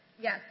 Yes